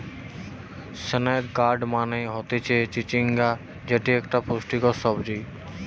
snake gourd মানে হতিছে চিচিঙ্গা যেটি একটো পুষ্টিকর সবজি